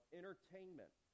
entertainment